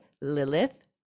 Lilith